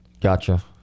Gotcha